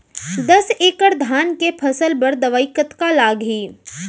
दस एकड़ धान के फसल बर दवई कतका लागही?